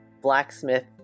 blacksmith